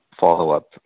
follow-up